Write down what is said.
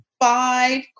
five